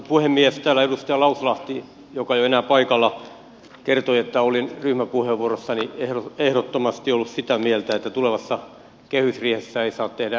täällä edustaja lauslahti joka ei ole enää paikalla kertoi että olin ryhmäpuheenvuorossani ehdottomasti ollut sitä mieltä että tulevassa kehysriihessä ei saa tehdä lisäleikkauksia ja säästöjä